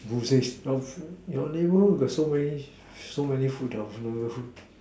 who says no food your neighborhood got so many so many food no food